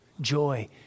joy